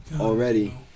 already